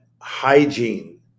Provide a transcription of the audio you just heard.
hygiene